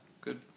good